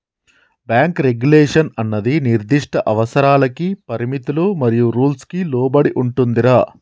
bank regulation అన్నది నిర్దిష్ట అవసరాలకి పరిమితులు మరియు రూల్స్ కి లోబడి ఉంటుందిరా